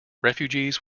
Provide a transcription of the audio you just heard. refugees